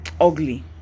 ugly